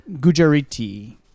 Gujarati